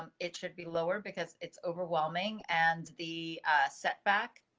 um it should be lower because it's overwhelming and the setback.